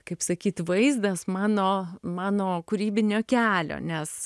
kaip sakyt vaizdas mano mano kūrybinio kelio nes